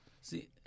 See